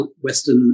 Western